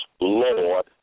Lord